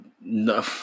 no